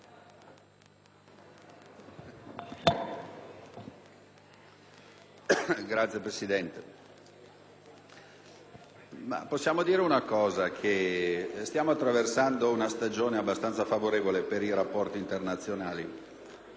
Signora Presidente, possiamo dire che stiamo attraversando una stagione abbastanza favorevole per i rapporti internazionali.